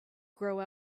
grow